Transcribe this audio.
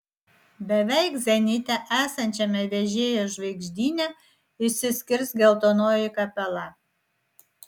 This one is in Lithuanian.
beveik zenite esančiame vežėjo žvaigždyne išsiskirs geltonoji kapela